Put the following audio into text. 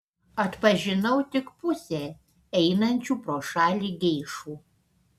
atpažinau tik pusę einančių pro šalį geišų